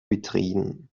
betreten